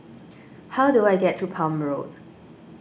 how do I get to Palm Road